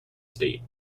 state